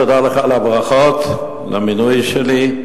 תודה לך על הברכות על המינוי שלי.